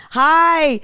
hi